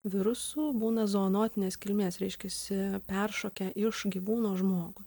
virusų būna zoonotinės kilmės reiškiasi peršokę iš gyvūno žmogui